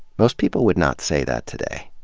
most people would not say that today.